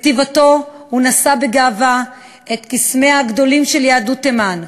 בכתיבתו הוא נשא בגאווה את קסמיה הגדולים של יהדות תימן,